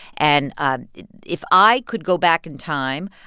and ah if i could go back in time,